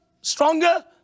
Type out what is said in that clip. stronger